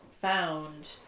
found